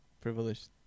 privileged